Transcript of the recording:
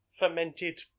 Fermented